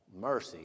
mercy